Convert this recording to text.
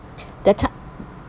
that time